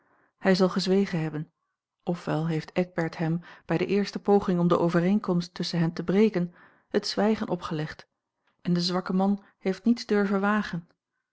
hij zal gezwegen hebben of wel heeft eckbert hem bij de eerste poging om de overeenkomst tusschen hen te breken het zwijgen opgelegd en de zwakke man heeft niets durven wagen